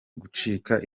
gucika